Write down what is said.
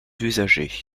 usagers